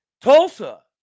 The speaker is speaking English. Tulsa